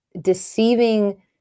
deceiving